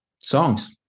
songs